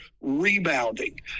rebounding